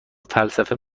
فلسفه